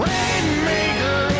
Rainmaker